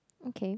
okay